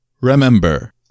Remember